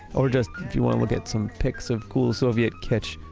or just if you want to look at some pics of cool soviet kitsch,